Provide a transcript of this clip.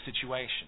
situation